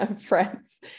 friends